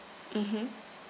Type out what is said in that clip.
mmhmm